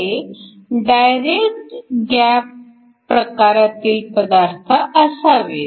ते direct gap प्रकारातील पदार्थ असावेत